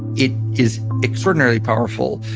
it is extraordinarily powerful,